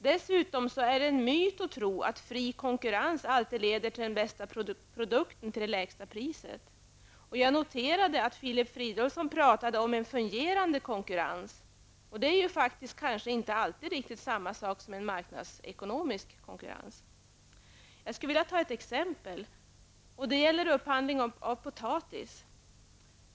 Dessutom är det en myt att fri konkurrens alltid leder till den bästa produkten till det lägsta priset. Jag noterade att Filip Fridolfsson talade om en fungerande konkurrens. Men det är kanske inte alltid riktigt samma sak som en marknadsekonomisk konkurrens. Låt mig ta ett exempel som gäller upphandling av potatis.